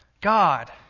God